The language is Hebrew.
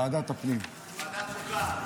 ועדת חוקה.